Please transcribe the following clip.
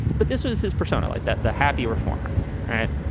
but this was his persona like that, the happy reformer right.